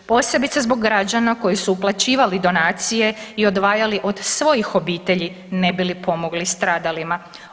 Posebice zbog građana koji su uplaćivali donacije i odvajali od svojih obitelji ne bi li pomogli stradalima.